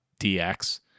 DX